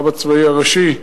הרב הראשי הצבאי,